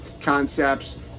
concepts